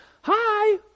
hi